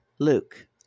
Luke